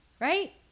right